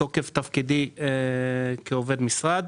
בתוקף תפקידי כעובד משרד.